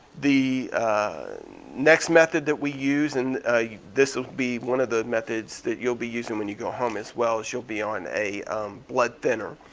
the next method that we use, and this'll be one of the methods that you'll be using when you go home as well, is you'll be on a blood thinner.